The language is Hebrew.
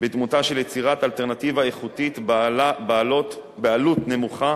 בדמותה של יצירת אלטרנטיבה איכותית בעלות נמוכה